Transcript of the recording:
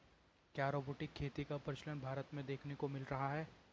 क्या रोबोटिक खेती का प्रचलन भारत में देखने को मिल रहा है?